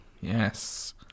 yes